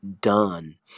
done